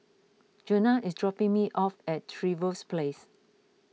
Juana is dropping me off at Trevose Place